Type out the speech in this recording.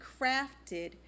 crafted